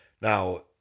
Now